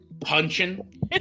punching